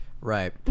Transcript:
right